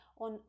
on